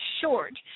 short